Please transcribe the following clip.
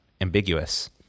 ambiguous